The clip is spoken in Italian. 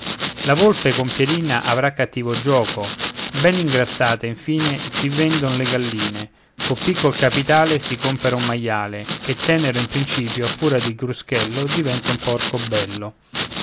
la volpe con pierina avrà cattivo giuoco ben ingrassate infine si vendon le galline col piccol capitale si compera un maiale che tenero in principio a furia di cruschello diventa un porco bello